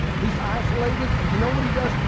he's isolated and you know what he does.